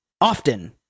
often